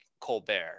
Colbert